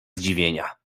zdziwienia